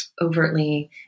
overtly